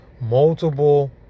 multiple